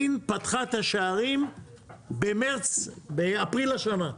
סין פתחה את השערים במרץ, אפריל השנה.